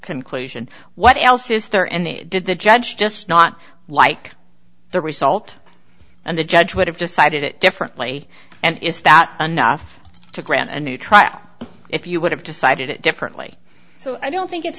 conclusion what else is there and they did the judge just not like the result and the judge would have decided it differently and is that enough to grant a new trial if you would have decided it differently so i don't think it's